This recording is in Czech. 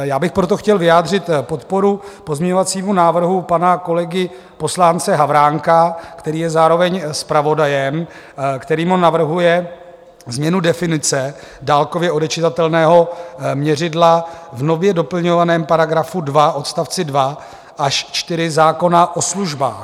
Já bych proto chtěl vyjádřit podporu pozměňovacímu návrhu pana kolegy poslance Havránka, který je zároveň zpravodajem, který navrhuje změnu definice dálkově odečitatelného měřidla v nově doplňovaném § 2 odst. 2 až 4 zákona o službách.